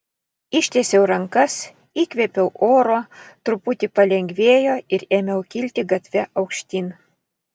ištiesiau rankas įkvėpiau oro truputį palengvėjo ir ėmiau kilti gatve aukštyn